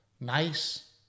nice